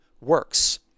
works